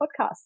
podcast